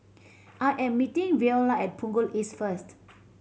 I am meeting Viola at Punggol East first